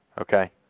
okay